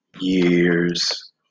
Years